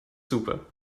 super